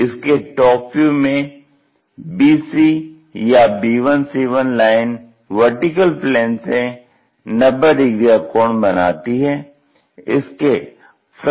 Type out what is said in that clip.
तो इसके top view में bc या b1c1 लाइन VP से 90 डिग्री का कोण बनाती है